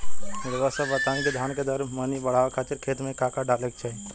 रउआ सभ बताई कि धान के दर मनी बड़ावे खातिर खेत में का का डाले के चाही?